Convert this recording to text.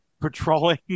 patrolling